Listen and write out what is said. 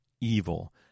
evil